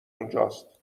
اونجاست